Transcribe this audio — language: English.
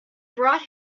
brought